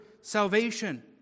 salvation